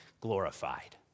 glorified